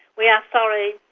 we are sorry,